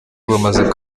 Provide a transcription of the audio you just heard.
bumaze